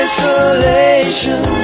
Isolation